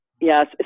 yes